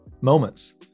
moments